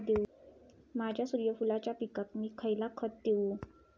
माझ्या सूर्यफुलाच्या पिकाक मी खयला खत देवू?